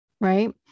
right